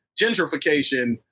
gentrification